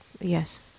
Yes